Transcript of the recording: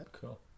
Cool